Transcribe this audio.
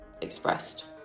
expressed